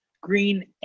Green